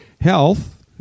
Health